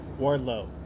Wardlow